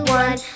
one